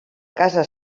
casa